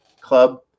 Club